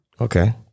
Okay